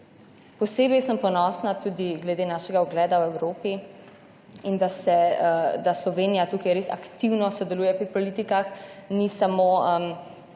Posebej sem ponosna tudi glede našega ugleda v Evropi in da se, da Slovenija tukaj res aktivno sodeluje pri politikah. Ni samo